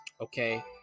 okay